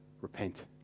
Repent